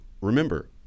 remember